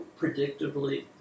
predictably